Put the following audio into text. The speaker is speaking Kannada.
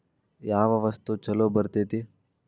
ಯಾವ ವಸ್ತು ಛಲೋ ಬರ್ತೇತಿ?